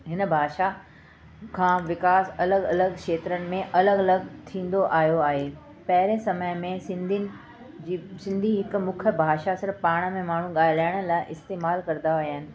हिन भाषा खां विकास अलॻि अलॻि खेत्रनि में अलॻि अलॻि थींदो आयो आहे पहिरें समय में सिंधियुनि जी सिंधी हिकु मुख्यु भाषा पाण में माण्हू ॻाल्हाइण लाइ इस्तेमालु कंदा हुआ